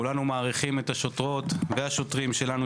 כולנו מעריכים את השוטרות והשוטרים שלנו,